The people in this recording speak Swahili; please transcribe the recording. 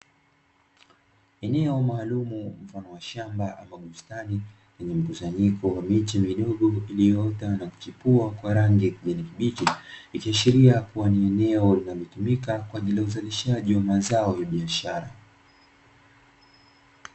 Eneo maalumu mfano wa shamba ama bustani lenye mkusanyiko wa miche midogo iliyoota na kuchipua kwa rangi ya kijani kibichi ikiashiria kuwa ni eneo linalotumika kwa ajili ya uzalishaji wa mazao ya biashara.